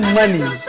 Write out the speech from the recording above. money